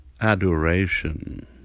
Adoration